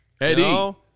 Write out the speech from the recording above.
Eddie